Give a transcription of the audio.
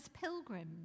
pilgrims